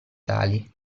tali